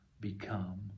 become